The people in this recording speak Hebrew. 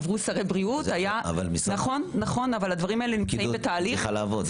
עברו שרי בריאות --- אבל הפקידוּת צריכה לעבוד.